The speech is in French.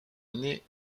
année